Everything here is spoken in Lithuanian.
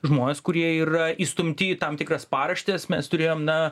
žmonės kurie yra įstumti į tam tikras paraštes mes turėjom na